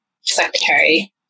secretary